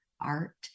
art